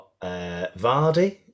Vardy